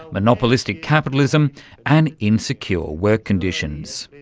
monopolistic capitalism and insecure work conditions.